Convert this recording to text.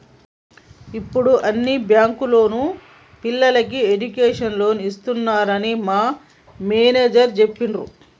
యిప్పుడు అన్ని బ్యేంకుల్లోనూ పిల్లలకి ఎడ్డుకేషన్ లోన్లు ఇత్తన్నారని మా మేష్టారు జెప్పిర్రు